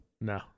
No